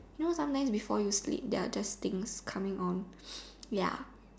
you know sometimes before you sleep there are just things coming on ya